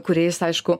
kuriais aišku